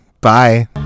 bye